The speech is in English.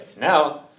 Now